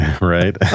Right